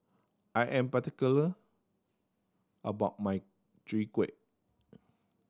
I am particular about my Chwee Kueh